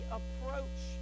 approach